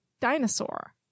dinosaur